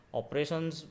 operations